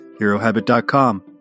HeroHabit.com